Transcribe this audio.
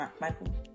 Michael